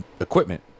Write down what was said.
equipment